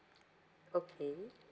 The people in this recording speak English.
okay